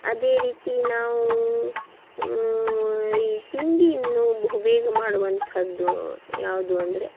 ಅದೇ ರೀತಿ ನಾವು ಈ ತಿಂಡಿನ್ನು ಬಹುಬೇಗ ಮಾಡುವಂತಹದ್ದು ಯಾವುದು ಅಂದರೆ